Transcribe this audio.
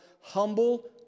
humble